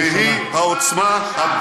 והשחיתות.